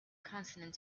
consonant